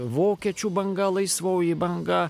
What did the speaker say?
vokiečių banga laisvoji banga